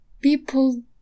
people